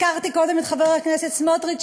הזכרתי קודם את חבר הכנסת סמוטריץ,